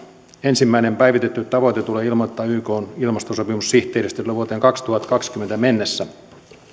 ensimmäinen päivitetty tavoite tulee ilmoittaa ykn ilmastosopimussihteeristölle vuoteen kaksituhattakaksikymmentä mennessä se